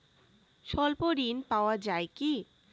স্বল্প ঋণ পাওয়া য়ায় কি?